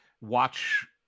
watch